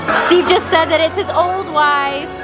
steve just said that it's his old wife,